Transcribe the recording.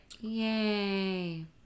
yay